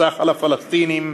נוסח הצהרת האמונים,